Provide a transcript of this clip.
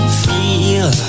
feel